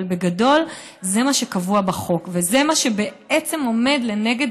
אבל בגדול זה מה שקבוע בחוק וזה מה שבעצם עומד לנגד